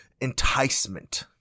enticement